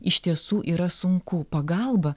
iš tiesų yra sunku pagalba